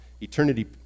eternity